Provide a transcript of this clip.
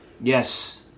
Yes